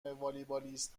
والیبالیست